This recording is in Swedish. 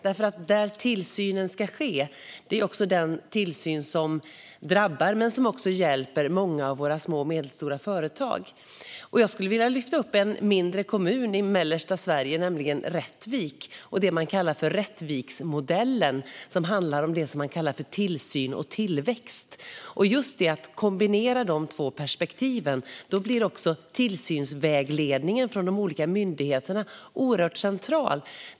Den tillsyn som ska ske både drabbar och hjälper många av våra små och medelstora företag. Jag skulle vilja lyfta fram en mindre kommun i mellersta Sverige, Rättvik, och den så kallade för Rättviksmodellen, som handlar om det man kallar för tillsyn och tillväxt. När dessa två perspektiv kombineras blir tillsynsvägledningen från de olika myndigheterna oerhört central.